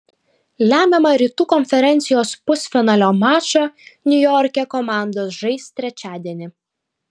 lemiamą rytų konferencijos pusfinalio mačą niujorke komandos žais trečiadienį